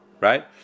right